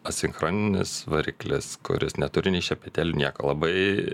asinchroninis variklis kuris neturi nei šepetėlių nieko labai